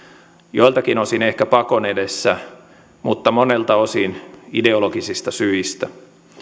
joiltakin osin ehkä pakon edessä mutta monelta osin ideologisista syistä